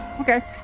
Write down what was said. Okay